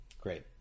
Great